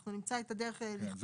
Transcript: אנחנו נמצא את הדרך לכתוב את זה בנוסח.